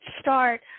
start